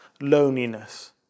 loneliness